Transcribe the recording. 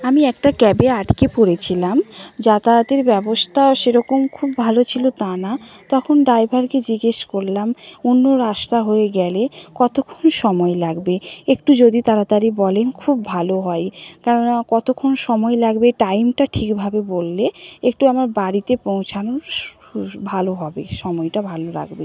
আমি একটা ক্যাবে আটকে পড়েছিলাম যাতায়াতের ব্যবস্থা সেরকম খুব ভালো ছিল তা না তখন ড্রাইভারকে জিজ্ঞেস করলাম অন্য রাস্তা হয়ে গেলে কতক্ষণ সময় লাগবে একটু যদি তাড়াতাড়ি বলেন খুব ভালো হয় কেননা কতক্ষণ সময় লাগবে টাইমটা ঠিকভাবে বললে একটু আমার বাড়িতে পৌঁছানোর ভালো হবে সময়টা ভালো লাগবে